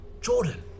Jordan